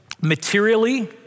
materially